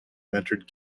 mentored